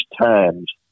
times